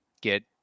get